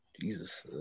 Jesus